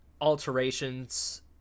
alterations